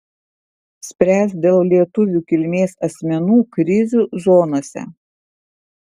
spręs dėl lietuvių kilmės asmenų krizių zonose